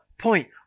point